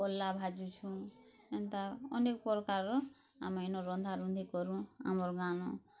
କଲ୍ଲା ଭାଜୁଛୁଁ ଏନ୍ତା ଅନେକ୍ ପ୍ରକାରର୍ ଆମେ ନ ରନ୍ଧାରୁନ୍ଧି କରୁ ଆମର୍ ଗାଁ ନ